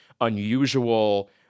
unusual